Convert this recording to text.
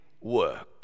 work